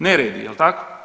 Neredi, jel tako.